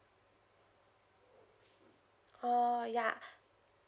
oh yeah